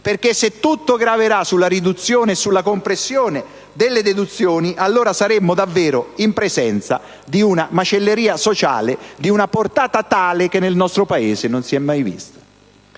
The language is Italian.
se tutto graverà sulla riduzione e sulla compressione delle deduzioni, saremmo davvero in presenza di una macelleria sociale di una portata tale che nel nostro Paese non si è mai vista.